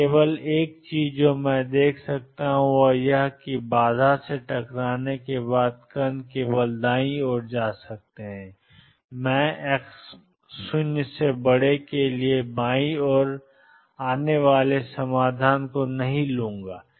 तो केवल एक चीज जो मैं देख सकता हूं वह यह है कि बाधा से टकराने के बाद कण केवल दाईं ओर जा सकते हैं मैं x0 के लिए बाईं ओर आने वाले समाधान को नहीं लूंगा